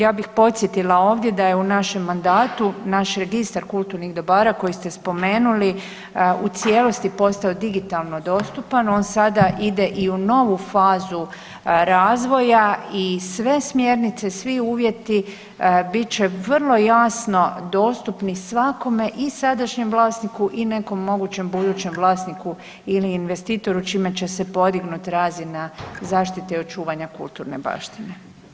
Ja bih podsjetila ovdje da je u našem mandatu naš registar kulturnih dobara koji ste spomenuli u cijelosti postao digitalno dostupan, on sada ide i u novu fazu razvoja i sve smjernice, svi uvjeti bit će vrlo jasno dostupni svakome i sadašnjem vlasniku i nekom mogućem budućem vlasniku ili investitoru čime će se podignut razina zaštite i očuvanja kulturne baštine.